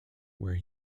where